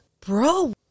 bro